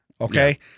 Okay